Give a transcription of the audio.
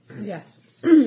Yes